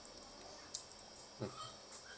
mm